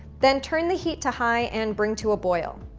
then turn the heat to high and bring to a boil.